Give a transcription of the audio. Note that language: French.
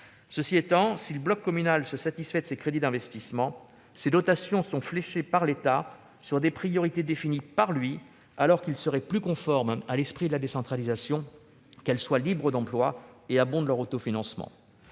Cela étant, si le bloc communal se satisfait de ces crédits d'investissement, les dotations sont fléchées par l'État sur des priorités définies par lui, alors qu'il serait plus conforme à l'esprit de la décentralisation qu'elles soient libres d'emploi et abondent l'autofinancement.